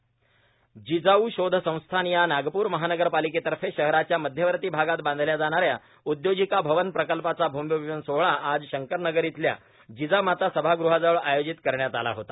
गडकरी डीडव्ल्यू जिजाऊ शोघ संस्थान या नागपूर महानगरपालिकेतर्फे शहराच्या मध्यवर्ती भागात बांधल्या जाणाऱ्या उद्योजिका भवन प्रकल्पाचा घूमिपूजन सोहळा आज शंकरनगर इथल्या जिजामाता समागृहाजवळ आयोजित करण्यात आला होता